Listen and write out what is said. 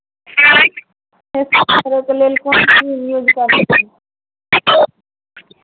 facial करयके लेल कोन क्रीम यूज करै छी